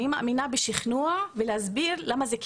אני מאמינה בשכנוע ולהסביר למה זה כדאי,